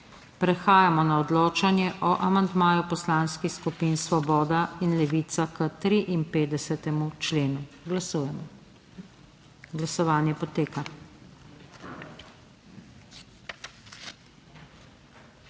Prehajamo na odločanje o amandmaju poslanskih skupin Svoboda in Levica k 33. členu. Glasujemo. Navzočih